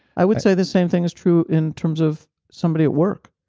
i would say the same thing is true in terms of somebody at work,